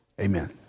Amen